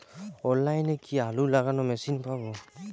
অনলাইনে কি আলু লাগানো মেশিন পাব?